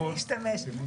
אני אשתמש.